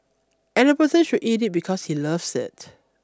and the person should eat it because he loves it